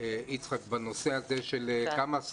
יצחק בנושא הזה של כמה הוא